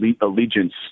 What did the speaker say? allegiance